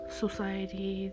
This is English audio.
society